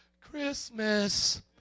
Christmas